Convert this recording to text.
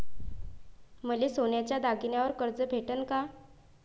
मले सोन्याच्या दागिन्यावर कर्ज भेटन का?